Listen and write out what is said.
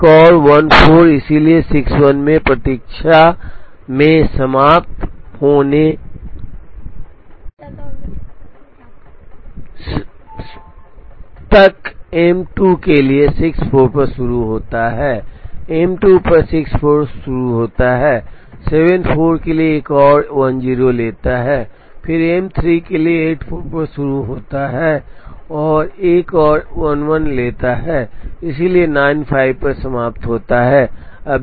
एक और 14 इसलिए 61 प्रतीक्षा में समाप्त होने तक एम 2 के लिए 64 पर शुरू होता है एम 2 पर 64 शुरू होता है 74 के लिए एक और 10 लेता है फिर भी एम 3 के लिए 84 पर शुरू होता है एक और 11 लेता है इसलिए 95 पर समाप्त होता है